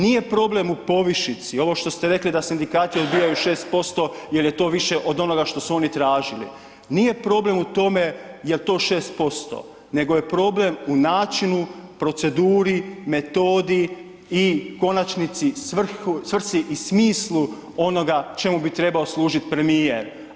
Nije problem u povišici, ovo što ste rekli da sindikati odbijaju 6% jel je to više od onoga što su oni tražili, nije problem u tom jel to 6% nego je problem u načinu, proceduri, metodi i konačnici svrsi i smislu onoga čemu bi trebao služiti premijer.